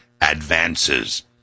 advances